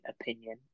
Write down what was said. opinion